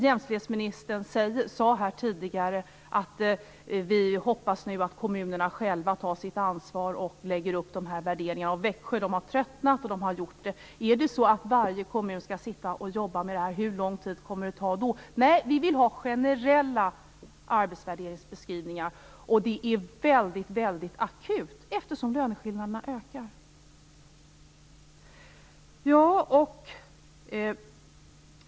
Jämställdhetsministern sade här tidigare att man hoppas att kommunerna själva tar sitt ansvar och lägger upp dessa värderingar. I Växjö har man tröttnat och gjort det. Är det så att varje kommun skall jobba med detta? Hur lång tid kommer det att ta då? Vi vill ha generella arbetsvärderingsbeskrivningar, och det är mycket akut, eftersom löneskillnaderna ökar.